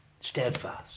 steadfast